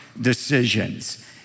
decisions